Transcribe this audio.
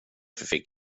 fick